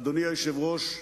אדוני היושב-ראש,